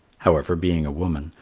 however, being a woman,